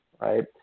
right